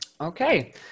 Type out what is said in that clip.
Okay